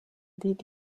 did